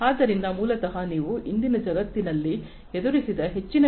ಆದ್ದರಿಂದ ಮೂಲತಃ ನಾವು ಇಂದಿನ ಜಗತ್ತಿನಲ್ಲಿ ಎದುರಿಸಿದ ಹೆಚ್ಚಿನ ಡೇಟಾವು ಅನ್ಸ್ಟ್ರಕ್ಚರ್ಡ ಆಗಿರುತ್ತದೆ